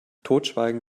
totschweigen